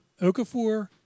Okafor